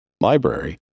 library